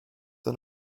and